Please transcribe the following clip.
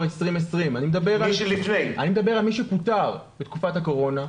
2020. אני מדבר על מי שפוטר בתקופת הקורונה,